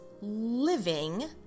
living